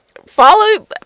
Follow